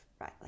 right